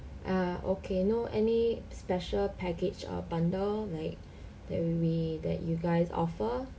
ah okay no any special package or bundle like that we that you guys offer